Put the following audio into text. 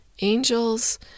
angels